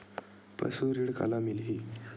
पशु ऋण काला मिलही?